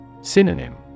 Synonym